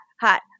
hot